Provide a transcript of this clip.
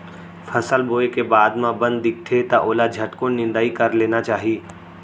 फसल बोए के बाद म बन दिखथे त ओला झटकुन निंदाई कर लेना चाही